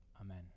amen